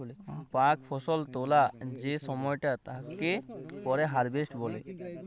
পাক ফসল তোলা যে সময়টা তাকে পরে হারভেস্ট বলে